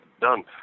done